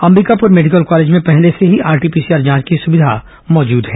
Ambikapur medical college में पहले से ही आरटीपीसीआर जांच की सुविधा मौजूद हैं